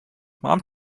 mom